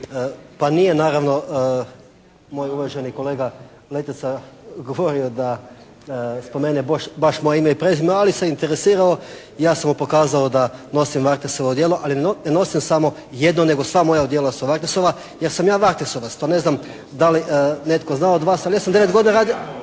Pa nije naravno moj uvaženi kolega Letica govorio da spomene baš moje ime i prezime ali se interesirao i ja sam mu pokazao da nosim Varteksovo odijelo ali ne nosim samo jedno nego sva moja odijela su Varteksova jer sam ja «varteksovac». To ne znam da li netko zna od vas, ali ja sam 9 godina radio